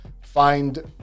find